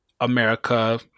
America